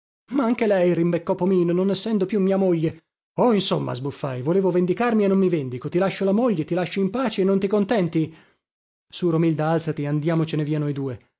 ma anche lei rimbeccò pomino non essendo più mia moglie oh insomma sbuffai volevo vendicarmi e non mi vendico ti lascio la moglie ti lascio in pace e non ti contenti sù romilda alzati andiamocene via noi due